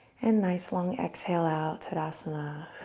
and nice, long exhale out tedasana.